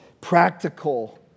practical